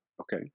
Okay